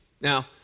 Now